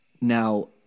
Now